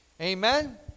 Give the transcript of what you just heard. Amen